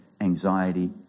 anxiety